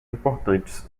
importantes